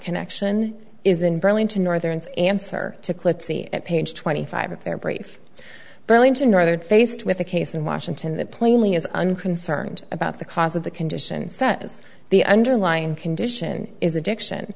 connection is in burlington northern answer to clip c at page twenty five of their brief burlington northern faced with a case in washington that plainly as unconcerned about the cause of the condition set as the underlying condition is addiction